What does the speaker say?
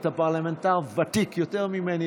אתה פרלמנטר ותיק יותר ממני,